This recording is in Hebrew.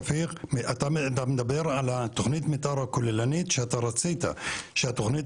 אתה מדבר על תכנית המתאר הכוללנית שאתה רצית שתכנית